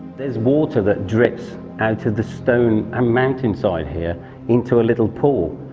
there's water that drips out of the stone ah mountainside here into a little pool.